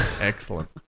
Excellent